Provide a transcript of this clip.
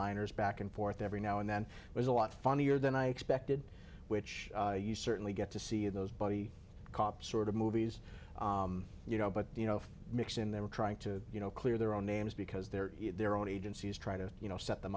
liners back and forth every now and then there's a lot funnier than i expected which you certainly get to see those buddy cop sort of movies you know but you know mix in there trying to you know clear their own names because they're their own agencies try to you know set them